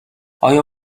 آیا